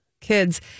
Kids